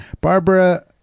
Barbara